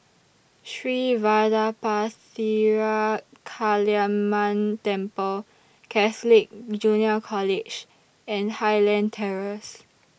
Sri Vadapathira Kaliamman Temple Catholic Junior College and Highland Terrace